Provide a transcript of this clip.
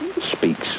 speaks